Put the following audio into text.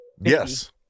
Yes